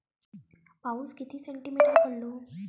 पाऊस किती सेंटीमीटर पडलो?